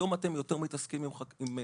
היום אתם מתעסקים יותר עם תעשייה.